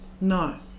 No